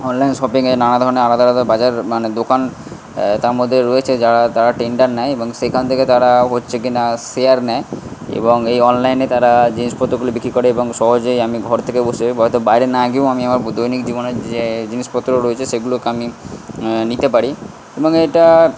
অনলাইনে সব জায়গায় নানা ধরনের আলাদা আলাদা বাজার মানে দোকান তার মধ্যে রয়েছে যারা তারা টেন্ডার নেয় এবং সেখান থেকে তারা হচ্ছে কিনা শেয়ার নেয় এবং এই অনলাইনে তারা জিনিসপত্রগুলো বিক্রি করে এবং সহজেই আমি ঘর থেকে বসে হয়তো বাইরে না গিয়েও আমি আমার দৈনিক জীবনের যে জিনিসপত্র রয়েছে সেগুলোকে আমি নিতে পারি এবং এটা